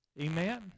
Amen